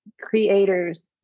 creators